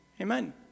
Amen